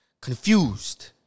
confused